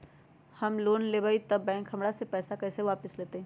हम लोन लेलेबाई तब बैंक हमरा से पैसा कइसे वापिस लेतई?